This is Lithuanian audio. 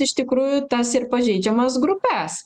iš tikrųjų tas ir pažeidžiamas grupes